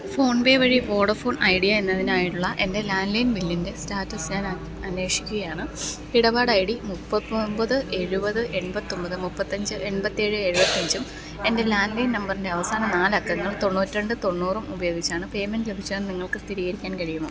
phone പേ വഴി Vodafone Idea എന്നതിനായുള്ള എൻ്റെ ലാൻഡ് ലൈൻ ബില്ലിൻ്റെ സ്റ്റാറ്റസ് ഞാൻ അന്വേഷിക്കുകയാണ് ഇടപാടയ്ഡി മുപ്പത്തൊൻപത് എഴുപത് എൺപത്തൊൻപത് മുപ്പത്തഞ്ച് എൺപത്തേഴ് എഴുപത്തഞ്ചും എൻ്റെ ലാൻഡ് ലൈൻ നമ്പറിൻ്റെ അവസാന നാലക്കങ്ങൾ തൊണ്ണൂറ്റി രണ്ട് തൊണ്ണൂറും ഉപയോഗിച്ചാണ് പേയ്മെൻറ്റ് ലഭിച്ചതെന്ന് നിങ്ങൾക്കു സ്ഥിരീകരിക്കാൻ കഴിയുമോ